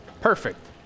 perfect